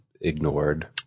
ignored